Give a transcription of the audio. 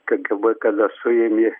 kgb kada suėmė